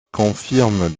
confirment